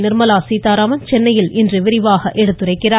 நிர்மலா சீதாராமன் சென்னையில் இன்று விரிவாக எடுத்துரைக்கிறார்